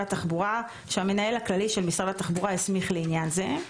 התחבורה שהמנהל הכללי של משרד התחבורה הסמיך לעניין זה;